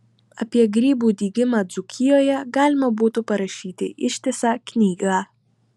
apie grybų dygimą dzūkijoje galima būtų parašyti ištisą knygą